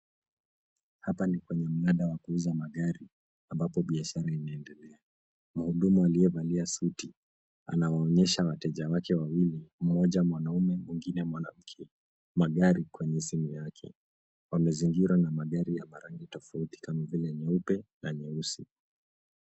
Hapa ni kwenye mnada wa kuuza magari, ambapo biashara inaendelea. Mhudumu aliyevalia suti, anawaonyesha wateja wake wawili ,mmoja mwanaume mwingine mwanamke, magari kwenye simu yake. Wamezingirwa na magari ya marangi tofauti, kama vile nyeupe na nyeusi.